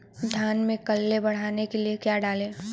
धान में कल्ले बढ़ाने के लिए क्या डालें?